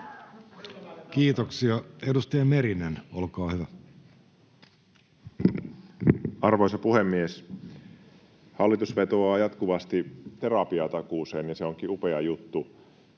Aittakumpu kesk) Time: 16:50 Content: Arvoisa puhemies! Hallitus vetoaa jatkuvasti terapiatakuuseen, ja se onkin upea juttu.